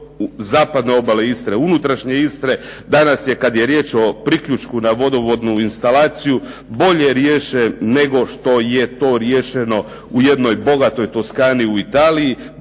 zapadne obale Istre, unutrašnje Istre, danas je kada je riječ o priključku na vodovodnu instalaciju bolje riješen nego što je to riješeno u jednoj bogatoj Toscani u Italiji,